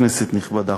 כנסת נכבדה,